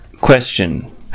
Question